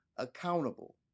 accountable